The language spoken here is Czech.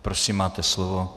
Prosím, máte slovo.